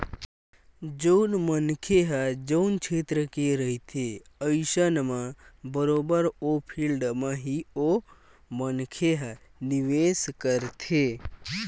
जउन मनखे ह जउन छेत्र के रहिथे अइसन म बरोबर ओ फील्ड म ही ओ मनखे ह निवेस करथे